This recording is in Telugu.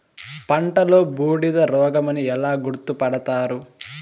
పంటలో బూడిద రోగమని ఎలా గుర్తుపడతారు?